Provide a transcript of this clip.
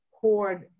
poured